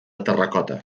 terracota